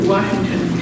Washington